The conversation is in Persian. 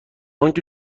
آنکه